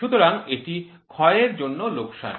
সুতরাং এটি ক্ষয়ের জন্য লোকসান